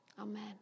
Amen